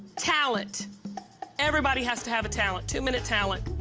talent everybody has to have a talent, two-minute talent.